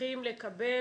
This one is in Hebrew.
יחיא